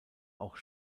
auch